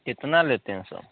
कितना लेते हैं सो